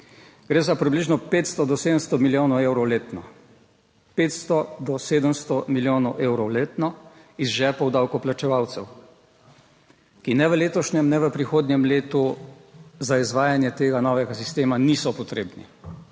Gre za približno 500 do 700 milijonov evrov letno, 500 do 700 milijonov evrov letno iz žepov davkoplačevalcev, ki ne v letošnjem, ne v prihodnjem letu za izvajanje tega novega sistema niso potrebni.